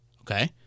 Okay